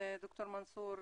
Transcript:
ד"ר מנסור,